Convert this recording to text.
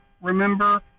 remember